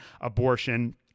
abortion